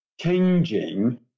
changing